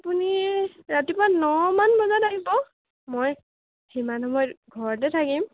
আপুনি ৰাতিপুৱা নমান বজাত আহিব মই সিমান সময়ত ঘৰতে থাকিম